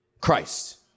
Christ